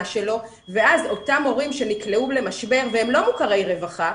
שלו ואז אותם הורים שנקלעו למשבר והם לא מוכרי רווחה,